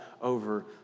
over